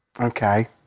Okay